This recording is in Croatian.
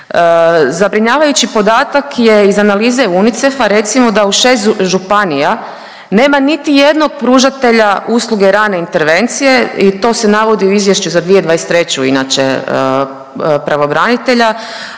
Zabrinjavajući podatak je iz analize UNICEF-a recimo da u 6 županija nema niti jednog pružatelja usluge rane intervencije i to se navodi i u izvješću za 2023. inače pravobranitelja,